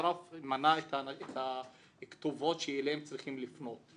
שרף מנה את הכתובות שאליהם צריכים לפנות.